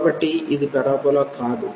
కాబట్టి ఇది పరబోలా కాదు